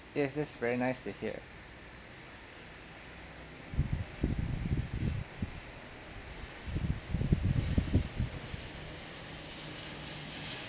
is this very nice to hear